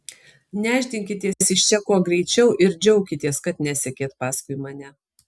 nešdinkitės iš čia kuo greičiau ir džiaukitės kad nesekėt paskui mane